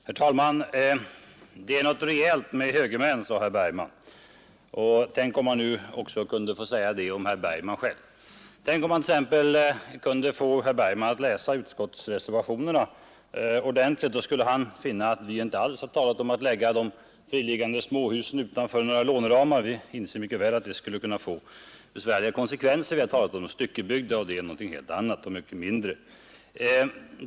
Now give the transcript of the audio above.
Herr talman! Det är något rejält med högermän, sade herr Bergman. Tänk om man kunde säga något liknande om herr Bergman själv. Tänk om man t.ex. kunde få herr Bergman att läsa utskottsreservationerna ordentligt. Då skulle han finna att vi inte alls har talat om att de friliggande småhusen skall ligga utanför bostadslåneramarna. Vi vet mycket väl att det skulle få besvärliga konsekvenser. Vi har talat om styckebyggda, vilket är något annat och mycket mindre.